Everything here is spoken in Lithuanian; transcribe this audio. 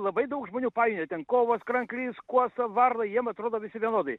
labai daug žmonių painioja ten kovas kranklys kuosa varna jiem atrodo visi vienodai